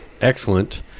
excellent